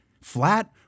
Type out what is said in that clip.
Flat